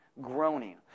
groaning